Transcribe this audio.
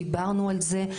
דיברנו על זה,